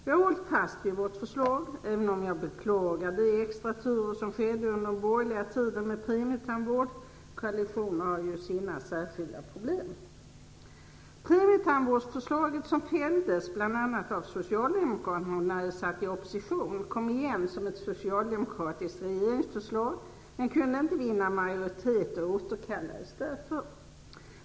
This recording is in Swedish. Vi har hållit fast vid vårt förslag, även om jag beklagar de extra turer som förekom under den borgerliga tiden med premietandvård. Koalitioner har ju sina särskilda problem. Premietandvårdsförslaget, som fälldes bl.a. av socialdemokraterna när de satt i opposition, kom igen som ett socialdemokratiskt regeringsförslag men kunde inte vinna majoritet och återkallades därför.